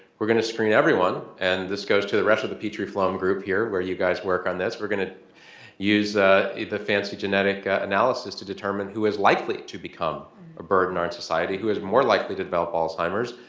we're going to screen everyone. and this goes to the rest of the petrie-flom group here where you guys work on this, we're going to use the the fancy genetic analysis to determine who is likely to become a burden on our society, who is more likely to develop alzheimer's.